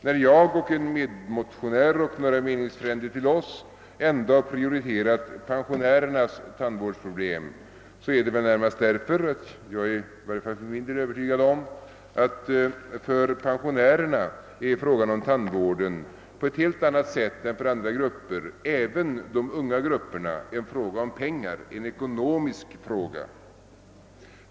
När jag och en medmotionär och några meningsfränder till oss ändå har prioriterat pensionärernas tandvårdsproblem, så är det väl närmast därför — detta är i varje fall jag för min del övertygad om att frågan om tandvården för pensionärerna på ett helt annat sätt än för andra grupper, även de unga grupperna, är en fråga om pengar, alltså en ekonomisk fråga.